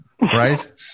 right